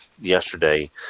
yesterday